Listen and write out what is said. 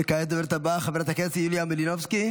וכעת הדוברת הבאה, חברת הכנסת יוליה מלינובסקי,